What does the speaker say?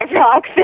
rock